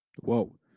Whoa